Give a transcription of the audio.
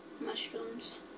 mushrooms